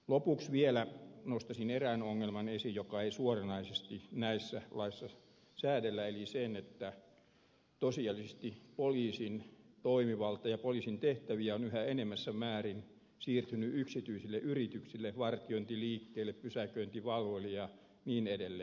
lopuksi vielä nostaisin esiin erään ongelman jota ei suoranaisesti näissä laeissa säädellä eli sen että tosiasiallisesti poliisin toimivaltaa ja poliisin tehtäviä on yhä enenevässä määrin siirtynyt yksityisille yrityksille vartiointiliikkeille pysäköintivalvojille ja niin edelleen